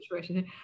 situation